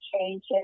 changes